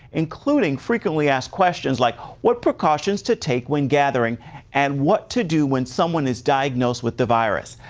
including frequently asked questions like what precautions to take when gathering and what to do when someone is diagnosd with the virus.